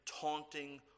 taunting